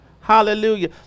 Hallelujah